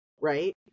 right